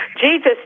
Jesus